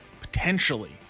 potentially